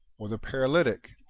or the paralytic,